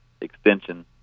extension